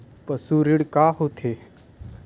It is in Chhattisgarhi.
पशु ऋण का होथे?